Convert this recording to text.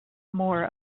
more